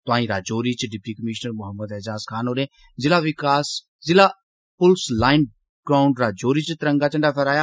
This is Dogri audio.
तोआई राजौरी च डिप्टी कमीश्नर मोहम्मद ऐजाज़ असद होरें ज़िला पुलस लाइन ग्राऊड़ राजौरी च तिरंगा झंडा फैहराया